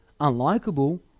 unlikable